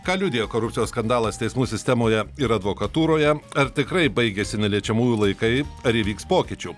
ką liudija korupcijos skandalas teismų sistemoje ir advokatūroje ar tikrai baigėsi neliečiamųjų laikai ar įvyks pokyčių